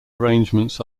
arrangements